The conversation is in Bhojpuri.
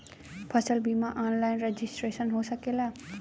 फसल बिमा ऑनलाइन रजिस्ट्रेशन हो सकेला?